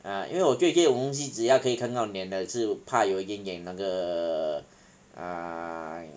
啊因为我对这种东西只要可以看到脸的是怕有一点点那个 ah